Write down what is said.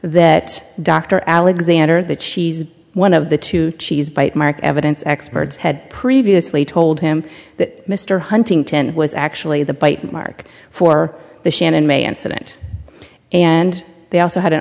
that dr alexander that she's one of the two cheese bite mark evidence experts had previously told him that mr huntington was actually the bite mark for the shannon may incident and they also had an